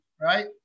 right